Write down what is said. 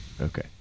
Okay